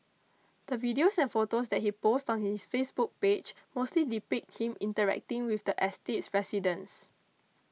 the videos and photos that he posts on his Facebook page mostly depict him interacting with the estate's residents